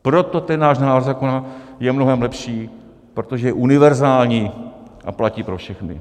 Proto je ten náš návrh zákona mnohem lepší, protože je univerzální a platí pro všechny.